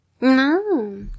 No